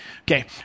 Okay